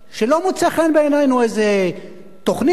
כשלא מוצאת חן בעינינו איזו תוכנית,